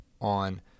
on